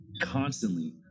constantly